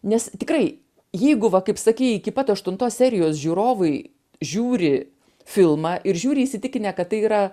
nes tikrai jeigu va kaip sakei iki pat aštuntos serijos žiūrovai žiūri filmą ir žiūri įsitikinę kad tai yra